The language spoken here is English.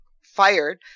fired